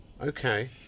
Okay